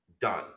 done